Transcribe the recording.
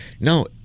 no